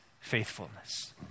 faithfulness